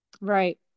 Right